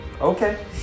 Okay